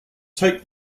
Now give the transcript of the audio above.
take